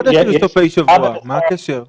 גם לפני חודש היו סופי שבוע, מה הקשר?